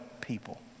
people